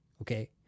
Okay